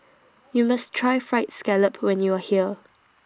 YOU must Try Fried Scallop when YOU Are here